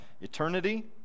eternity